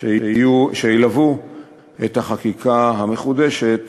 שילוו את החקיקה המחודשת